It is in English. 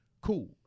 cool